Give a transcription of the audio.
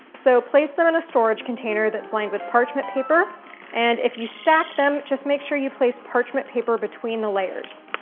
so place them in a storage container that's lined with parchment paper and if you stack them, just make sure place parchment paper between the layers.